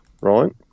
right